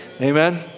Amen